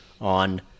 on